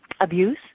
abuse